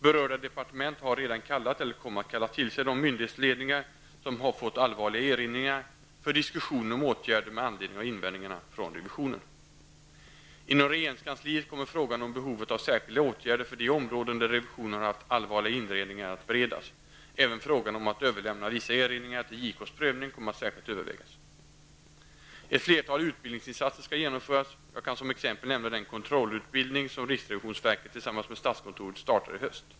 Berörda departement har redan kallat, eller kommer att kalla, till sig de myndighetsledningar som har fått allvarliga erinringar för diskussioner om åtgärder med anledning av invändningarna från revisionen. -- Inom regeringskansliet kommer frågan om behovet av särskilda åtgärder för de områden där revisionen har haft allvarliga erinringar att beredas. Även frågan om att överlämna vissa erinringar till JKs prövning kommer att särskilt övervägas. -- Ett flertal utbildningsinsatser skall genomföras. Jag kan som exempel nämna den controllerutbildning som riksrevisionsverket tillsammans med statskontoret startar i höst.